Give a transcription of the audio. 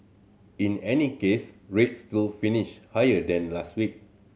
in any case rates still finished higher than last week